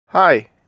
Hi